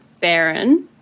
Baron